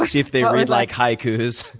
if they read like haikus?